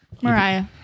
Mariah